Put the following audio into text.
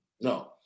no